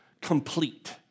complete